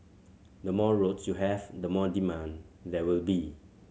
the more roads you have the more demand there will be